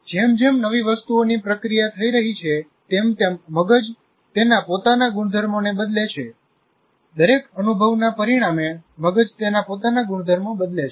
જેમ જેમ નવી વસ્તુઓની પ્રક્રિયા થઈ રહી છે તેમ તેમ મગજ તેના પોતાના ગુણધર્મોને બદલે છે દરેક અનુભવના પરિણામે મગજ તેના પોતાના ગુણધર્મો બદલે છે